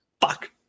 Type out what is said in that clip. Fuck